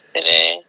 today